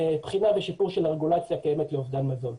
שיפור של הרגולציה הקיימת לאובדן מזון.